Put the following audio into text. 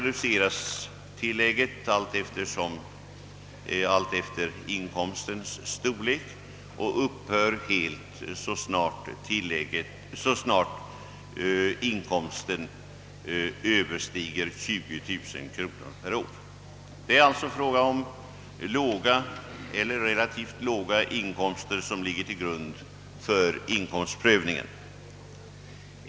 Det tilllägget reduceras sedan alltefter inkomstens storlek och upphör helt så snart denna överstiger 20 000 kronor per år. Det är alltså en låg eller i högsta inkomstläget en relativt låg inkomst som ligger till grund för inkomstprövningsn.